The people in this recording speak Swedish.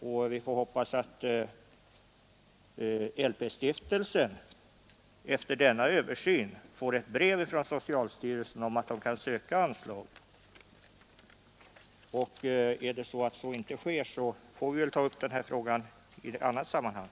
Jag förutsätter att LP-stiftelsen efter denna översyn får ett brev från socialstyrelsen med meddelande om att stiftelsen kan söka anslag. Om så inte skulle ske, får vi väl ta upp den här frågan i annat sammanhang.